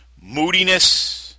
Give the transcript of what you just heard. moodiness